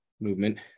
movement